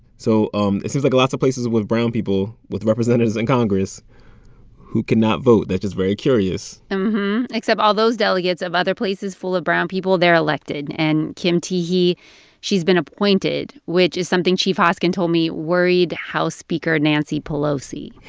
so um it seems like lots of places with brown people with representatives in congress who cannot vote that's just very curious ah mm hmm except all those delegates of other places full of brown people, they're elected. and kim teehee, she's been appointed, which is something chief hoskin told me worried house speaker nancy pelosi